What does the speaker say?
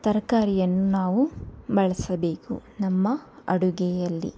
ತರಕಾರಿಯನ್ನು ನಾವು ಬಳಸಬೇಕು ನಮ್ಮ ಅಡುಗೆಯಲ್ಲಿ